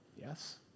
yes